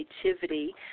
Creativity